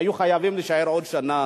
היו חייבים להישאר עוד שנה,